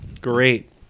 Great